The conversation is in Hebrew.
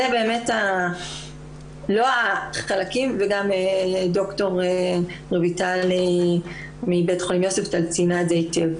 זה באמת לא ה- -- וגם ד"ר רויטל מבית החולים יוספטל ציינה את זה היטב.